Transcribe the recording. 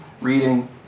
reading